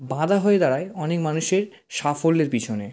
বাধা হয়ে দাঁড়ায় অনেক মানুষের সাফল্যের পিছনে